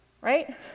right